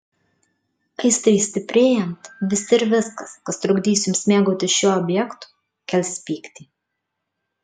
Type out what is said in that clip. aistrai stiprėjant visi ir viskas kas trukdys jums mėgautis šiuo objektu kels pyktį